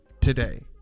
today